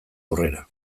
aurrera